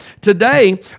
today